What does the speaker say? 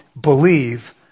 Believe